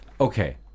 Okay